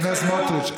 חבר הכנסת סמוטריץ,